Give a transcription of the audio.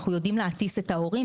אנחנו יודעים להטיס את ההורים.